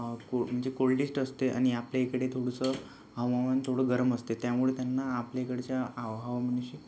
म्हणजे कोल्डेस्ट असते आणि आपल्या इकडे थोडसं हवामान थोडं गरम असते त्यामुळे त्यांना आपल्या इकडच्या हवामानाशी